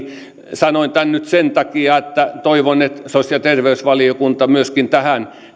sanoin tämän nyt sen takia että toivon että sosiaali ja terveysvaliokunta myöskin tähän